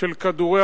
של כדורי